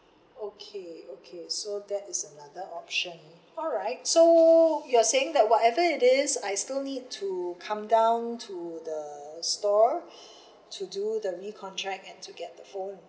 okay okay so that is another option alright so you're saying that whatever it is I still need to come down to the store to do the recontract and to get the phone